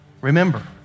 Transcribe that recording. Remember